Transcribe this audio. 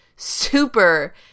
super